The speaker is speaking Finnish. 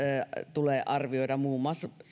tulee arvioida muun muassa